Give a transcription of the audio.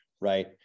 right